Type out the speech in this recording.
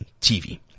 TV